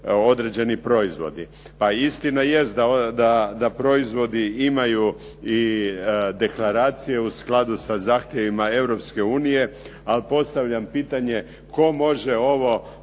određeni proizvodi. Pa i istina jest da proizvodi imaju i deklaracije u skladu sa zahtjevima Europske unije. Ali postavljam pitanje tko može ovo